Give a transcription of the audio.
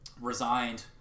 resigned